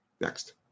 Next